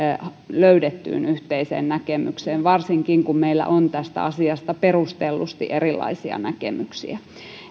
löydettyyn yhteiseen näkemykseen varsinkin kun meillä on tästä asiasta perustellusti erilaisia näkemyksiä